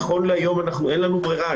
נכון להיום אין לנו ברירה,